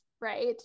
right